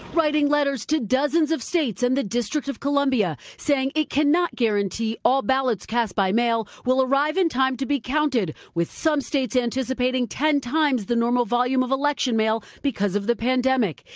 writing letters to dozens of states in and the district of columbia saying it cannot guarantee all ballots cast by mail will arrive in time to be counted, with some states anticipating ten times the normal volume of election mail because of the pandemic.